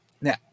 Now